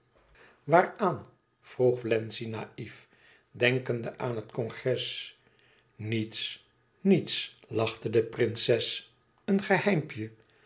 waaraan vroeg wlenzci naïf denkende aan het congres niets niets lachte de prinses een geheimpje